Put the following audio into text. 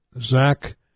Zach